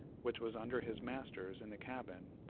which was under his master's, in the cabin,